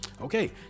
Okay